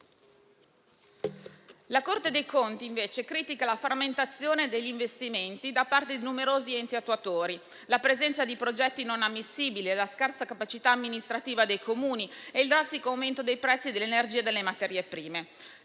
La Corte dei conti, invece, critica la frammentazione degli investimenti da parte di numerosi enti attuatori, la presenza di progetti non ammissibili, la scarsa capacità amministrativa dei Comuni e il drastico aumento dei prezzi dell'energia e delle materie prime.